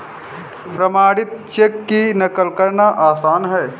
प्रमाणित चेक की नक़ल करना आसान है